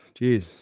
Jeez